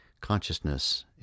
Consciousness